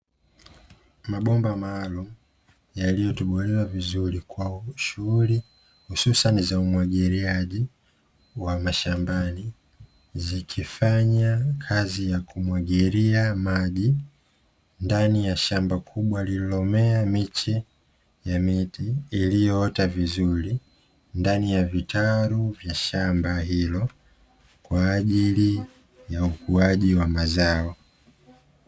Mabomba maalumu, yaliyotobolewa vizuri kwa shughuli hususani za umwagiliaji wa mashambani, zikifanya kazi ya kumwagilia maji, ndani ya shamba kubwa lililomea miche ya miti iliyoota vizuri, ndani ya vitalu vya shamba hilo kwa ajili ya ukuaji wa mazao.